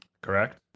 Correct